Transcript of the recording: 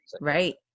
Right